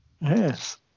Yes